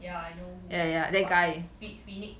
yeah I know who what's fi~ Finnick